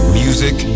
music